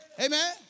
Amen